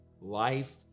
Life